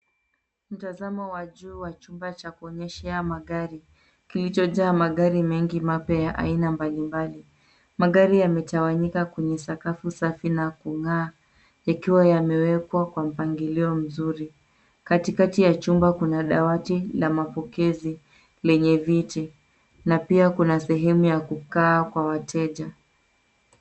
Mtazamo wa juu chumba cha kuonyeshea magari kilichojaa magari mengi mapya ya aina mbalimbali. Magari yametawanyika kwenye sakafu safi na kung'aa yakiwa yamewekwa Kwa mpangilio mzuri. Katikati ya chumba kuna dawati la mapokezi lenye viti na pia kuna sehemu ya kukaa Kwa wateja.